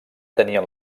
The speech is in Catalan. tenien